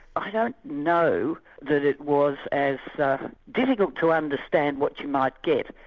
i don't know that it was as difficult to understand what you might get,